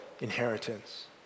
inheritance